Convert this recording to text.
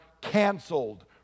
canceled